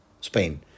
Spain